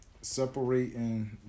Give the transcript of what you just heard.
separating